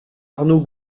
arnaud